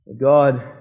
God